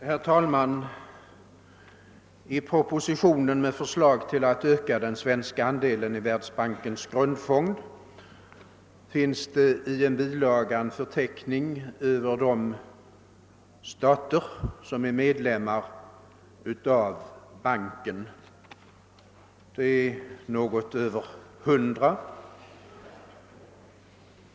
Herr talman! Vid propositionen med förslag till ökning av den svenska an 'de:en i världsbankens grundfond har fogats en bilaga innehållande en för "teckning över de något mer än 100 stater, som är medlemmar av banken.